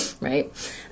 right